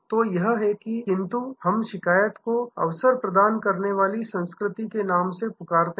तो यह है किंतु हम शिकायत को अवसर प्रदान करने वाली संस्कृति के नाम से पुकारते हैं